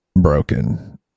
broken